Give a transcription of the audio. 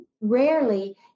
rarely